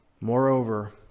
Moreover